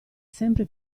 sempre